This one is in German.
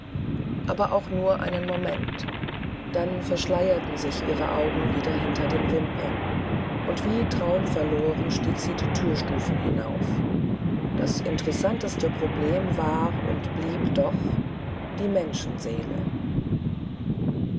aber auch nur einen moment dann verschleierten sich ihre augen wieder hinter den wimpern und wie traumverloren stieg sie die thürstufen hinauf das interessanteste problem war und blieb doch die menschenseele